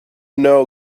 know